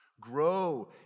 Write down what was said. grow